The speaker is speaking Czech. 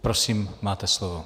Prosím, máte slovo.